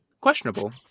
Questionable